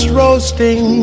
roasting